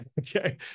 Okay